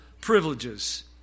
privileges